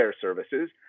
services